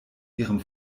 ihrem